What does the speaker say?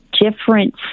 different